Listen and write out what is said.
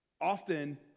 Often